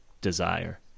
desire